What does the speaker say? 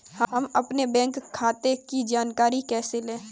हम अपने बैंक खाते की जानकारी कैसे लें?